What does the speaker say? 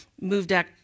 moved